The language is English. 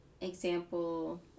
example